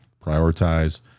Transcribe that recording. prioritize